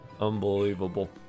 unbelievable